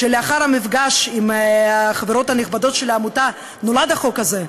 שלאחר המפגש עם החברות הנכבדות של העמותה נולד החוק הזה,